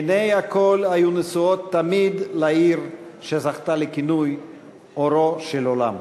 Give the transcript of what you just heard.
עיני הכול היו נשואות תמיד לעיר שזכתה לכינוי "אורו של עולם".